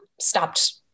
stopped